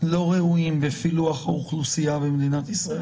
לא ראויים בפילוח האוכלוסייה במדינת ישראל.